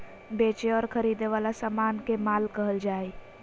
बेचे और खरीदे वला समान के माल कहल जा हइ